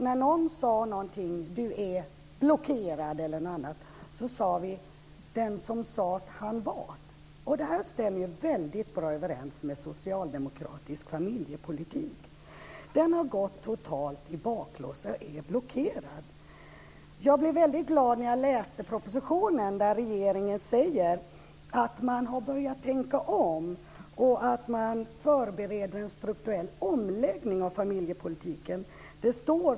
När någon sade någonting som t.ex. "du är blockerad" så sade vi: Den som sa det han var det! Detta stämmer bra överens med socialdemokratisk familjepolitik. Den har gått totalt i baklås och är blockerad. Jag blev väldigt glad när jag läste propositionen. Regeringen säger där att man har börjat tänka om och att man förbereder en strukturell omläggning av familjepolitiken.